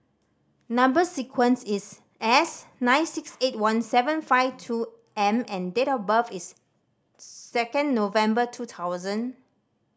number sequence is S nine six eight one seven five two M and date of birth is second November two thousand